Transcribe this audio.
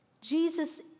Jesus